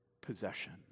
possession